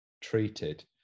treated